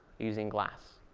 using glass.